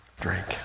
drink